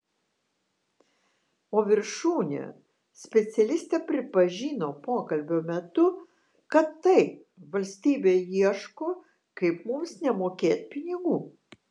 o viršūnė specialistė pripažino pokalbio metu kad taip valstybė ieško kaip mums nemokėt pinigų